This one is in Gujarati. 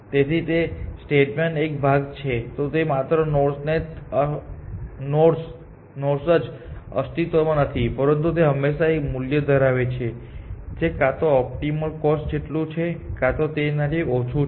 તેથી તે સ્ટેટમેન્ટ એક ભાગ છે કે તે માત્ર નોડ્સ જ અસ્તિત્વમાં નથી પરંતુ તે હંમેશાં એક મૂલ્ય ધરાવે છે જે કાં તો ઓપ્ટિમલ કોસ્ટ જેટલું છે કાંતો તેનાથી ઓછું હશે